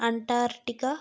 Antarctica